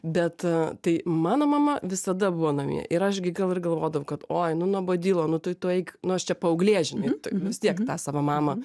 bet tai mano mama visada buvo namie ir aš gi gal ir galvodavau kad oi nu nuobodyla nu tai tu eik nu aš čia paauglė žinai tu vis tiek tą savo mamą